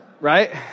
Right